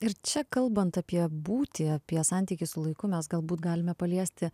ir čia kalbant apie būtį apie santykį su laiku mes galbūt galime paliesti